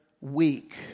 week